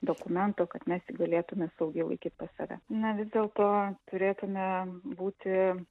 dokumento kad mes jį galėtume saugiai laikyt pas save na vis dėlto turėtume būti